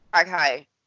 Okay